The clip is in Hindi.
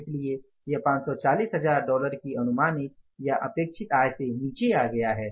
इसलिए यह 540000 डॉलर की अनुमानित या अपेक्षित आय से नीचे आ गया है